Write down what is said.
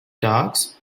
dogs